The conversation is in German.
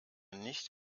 nicht